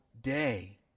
day